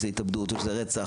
או שזה התאבדות או שזה רצח,